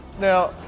Now